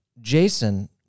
Jason